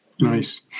Nice